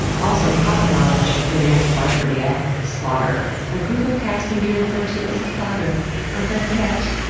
also pocket knowledge for your next bar trivia slaughter a group of cats can be referred to as a clowder or better yet,